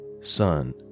son